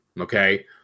Okay